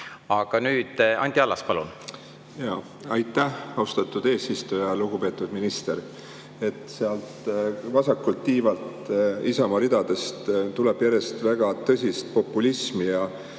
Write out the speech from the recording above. Aga nüüd, Anti Allas, palun! Aitäh, austatud eesistuja! Lugupeetud minister! Sealt vasakult tiivalt Isamaa ridadest tuleb järjest väga [ehtsat] populismi. Ma